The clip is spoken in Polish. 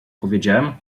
powiedziałem